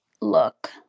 look